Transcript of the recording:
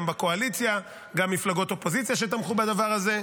גם בקואליציה גם מפלגות אופוזיציה שתמכו בדבר הזה,